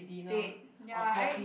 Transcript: date ya right